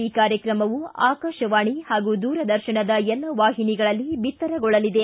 ಈ ಕಾರ್ಯಕ್ರಮವು ಆಕಾಶವಾಣಿ ಹಾಗೂ ದೂರದರ್ತನದ ಎಲ್ಲಾ ವಾಹಿನಿಗಳಲ್ಲಿ ಬಿತ್ತರಗೊಳ್ಳಲಿದೆ